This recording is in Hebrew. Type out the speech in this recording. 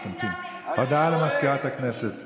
את מבינה את הצביעות של הדברים שלך?